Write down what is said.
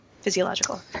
physiological